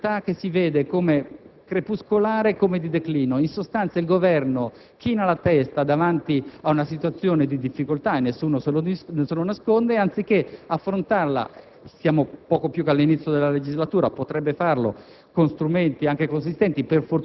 è privo di qualunque volontà di contrastare una realtà che si vede come crepuscolare e di declino. In sostanza, il Governo china la testa davanti ad una situazione di difficoltà (che nessuno si nasconde), anziché affrontarla.